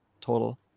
total